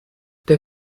der